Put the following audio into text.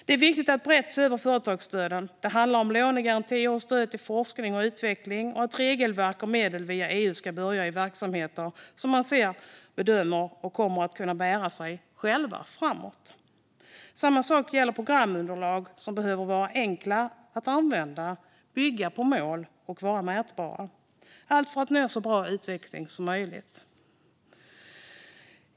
Det är viktigt att brett se över företagsstöden. Det handlar om lånegarantier och stöd till forskning och utveckling och att regelverk och medel via EU ska börja i verksamheter som man bedömer kommer att kunna bära sig själva framåt. Samma sak gäller programunderlag, som behöver vara enkla att använda, bygga på mål och vara mätbara. Allt för att nå så bra utväxling som möjligt.